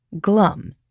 glum